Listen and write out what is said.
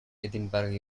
edinburgh